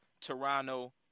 Toronto